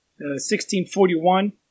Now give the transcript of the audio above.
1641